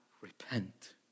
repent